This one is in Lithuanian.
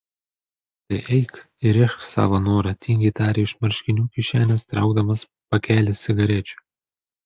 tai eik įrėžk savo norą tingiai tarė iš marškinių kišenės traukdamas pakelį cigarečių